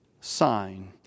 sign